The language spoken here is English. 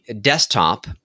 desktop